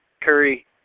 Curry